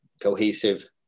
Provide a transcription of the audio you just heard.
cohesive